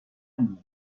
میاره